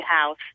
House